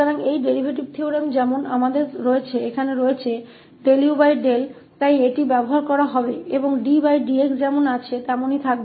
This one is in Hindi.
तो यह डेरीवेटिव थ्योरम है जैसा कि हमारे यहाँut है इसलिए इसका उपयोग किया जाएगा और ddx जैसा है वैसा ही रहेगा